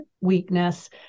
weakness